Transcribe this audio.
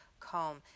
calm